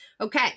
okay